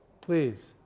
please